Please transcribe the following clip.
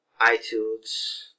iTunes